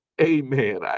Amen